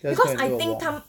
just go and take a walk